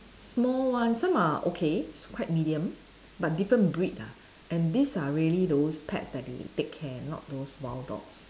small ones some are okay quite medium but different breed ah and these are really those pets that they take care not those wild dogs